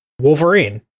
Wolverine